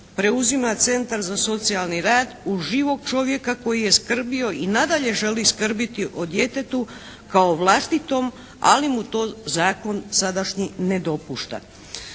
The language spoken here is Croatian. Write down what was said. preuzima centar za socijalni rad u živog čovjeka koji je skrbio i nadalje želi skrbiti o djetetu kao vlastitom, ali mu to zakon sadašnji ne dopušta.